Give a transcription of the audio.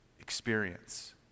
experience